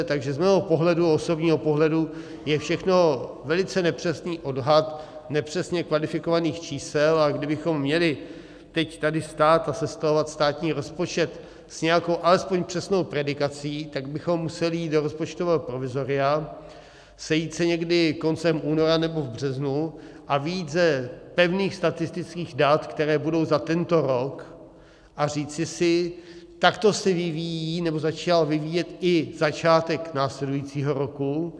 Takže z mého pohledu, osobního pohledu, je všechno velice nepřesný odhad nepřesně kvalifikovaných čísel, a kdybychom tady měli teď stát a sestavovat státní rozpočet s nějakou alespoň přesnou predikací, tak bychom museli jít do rozpočtového provizoria, sejít se někdy koncem února nebo v březnu a vyjít z pevných statistických dat, která budou za tento rok, a říci si, takto se vyvíjí nebo začíná vyvíjet i začátek následujícího roku.